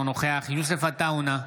אינו נוכח יוסף עטאונה,